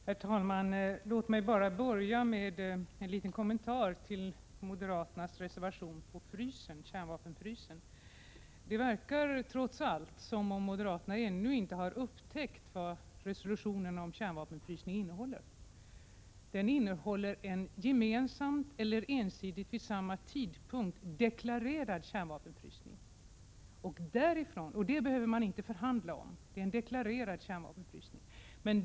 Herr talman! Låt mig börja med en liten kommentar till moderaternas reservation om kärnvapenfrysningen. Det verkar trots allt som om moderaterna ännu inte har upptäckt vad resolutionen om kärnvapenfrysning innehåller. Den innehåller en gemensamt eller ensidigt vid samma tidpunkt deklarerad kärnvapenfrysning, och det behöver man inte förhandla om — det är alltså en deklarerad kärnvapenfrysning.